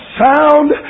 sound